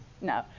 No